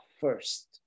first